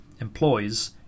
employs